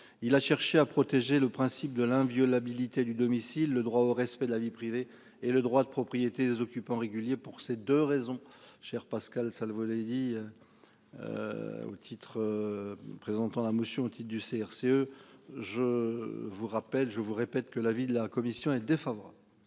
il a cherché à protéger le principe de l'inviolabilité du domicile le droit au respect de la vie privée et le droit de propriété des occupants réguliers pour ces 2 raisons chère Pascale ça le volet dit. Au titre. Présentant la motion du CRCE. Je vous rappelle, je vous répète que l'avis de la commission est défavorable.